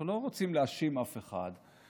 אנחנו לא רוצים להאשים אף אחד,